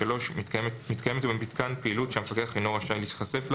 מתקיימת במיתקן פעילות שהמפקח אינו רשאי להיחשף לה